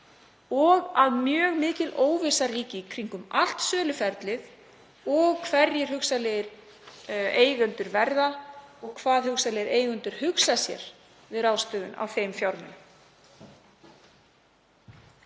og mjög mikil óvissa ríkir í kringum allt söluferlið, hverjir hugsanlegir eigendur verða og hvað hugsanlegir eigendur hugsa sér við ráðstöfun á þeim fjármunum.